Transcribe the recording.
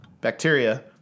bacteria